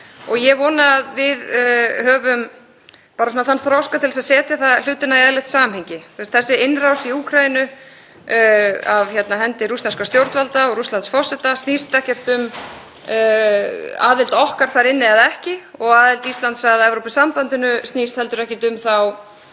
Ég vona að við höfum bara þann þroska til að setja hlutina í eðlilegt samhengi. Þessi innrás í Úkraínu af hendi rússneskra stjórnvalda og Rússlandsforseta snýst ekkert um aðild okkar þar inni eða ekki, og aðild Íslands að Evrópusambandinu snýst heldur ekki um þá